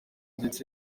ndetse